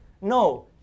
No